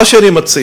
מה שאני מציע,